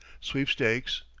sweepstakes,